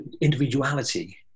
individuality